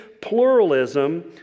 pluralism